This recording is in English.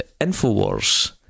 Infowars